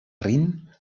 rin